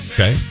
Okay